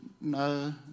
no